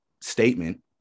statement